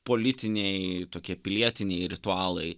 politiniai tokie pilietiniai ritualai